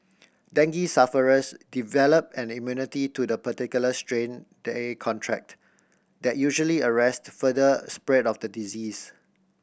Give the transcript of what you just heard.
dengue sufferers develop an immunity to the particular strain they contract that usually arrest further spread of the disease